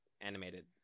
animated